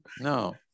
No